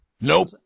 Nope